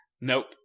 nope